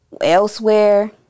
Elsewhere